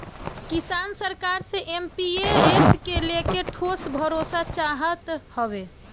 किसान सरकार से एम.पी.एस के लेके ठोस भरोसा चाहत हवे